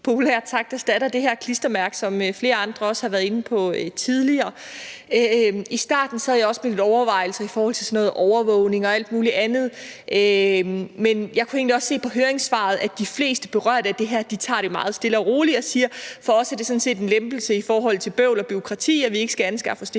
sagt erstatter det her klistermærke, som flere andre også har været inde på tidligere. I starten sad jeg også med nogle overvejelser i forhold til sådan noget overvågning og alt muligt andet, men jeg kunne egentlig også se på høringssvaret, at de fleste berørte af det her tager det meget stille og roligt og siger: For os er det sådan set en lempelse i forhold til bøvl og bureaukrati, at vi ikke skal anskaffe os det her